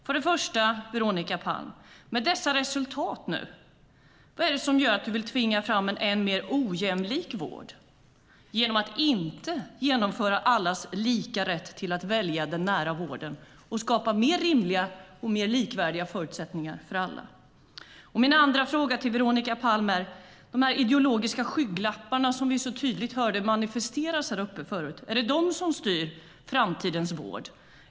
Med dessa resultat, Veronica Palm, vad är det som gör att du vill tvinga fram en än mer ojämlik vård genom att inte genomföra allas lika rätt att välja den nära vården och skapa mer rimliga och mer likvärdiga förutsättningar för alla? Är det de ideologiska skygglapparna, Veronica Palm, som vi så tydligt hörde manifesteras tidigare, som styr framtidens vård?